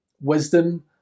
Wisdom